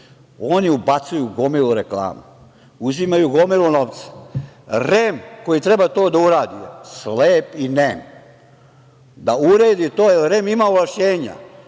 itd. Oni ubacuju gomilu reklama, uzimaju gomilu novca, REM koji treba to da uradi je slep i nem da uredi to, jer REM ima ovlašćenja,